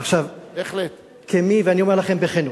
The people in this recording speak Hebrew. אני אומר לכם בכנות,